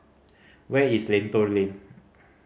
where is Lentor Lane